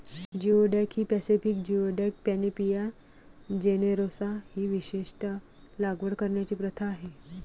geoduck ही Pacific geoduck, Panopea generosa ही विशेषत लागवड करण्याची प्रथा आहे